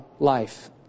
life